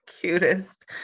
cutest